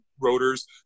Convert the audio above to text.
rotors